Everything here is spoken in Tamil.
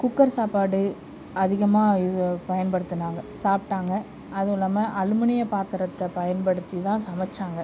குக்கர் சாப்பாடு அதிகமாக பயன்படுத்துனாங்கள் சாப்பிட்டாங்க அதுவும் இல்லாமல் அலுமினிய பாத்திரததை பயன்படுத்தி தான் சமைச்சாங்கள்